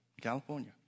California